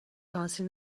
شانسی